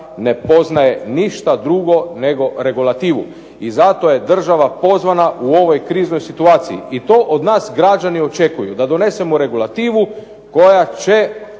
ne poznaje ništa drugo nego regulativu. I zato je država pozvana u ovoj kriznoj situaciji i to od nas građani očekuju da donesemo regulativu koja će